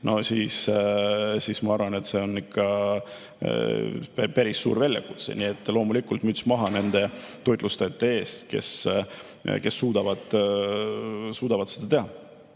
no see, ma arvan, on ikka päris suur väljakutse. Loomulikult müts maha nende toitlustajate ees, kes suudavad seda teha.